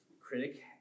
critic